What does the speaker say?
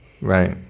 Right